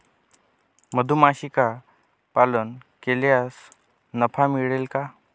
मधुमक्षिका पालन केल्यास नफा मिळेल का?